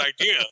idea